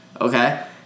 Okay